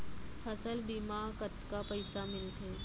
फसल बीमा म कतका पइसा मिलथे?